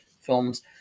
films